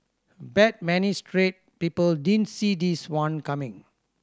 bet many straight people didn't see this one coming